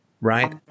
Right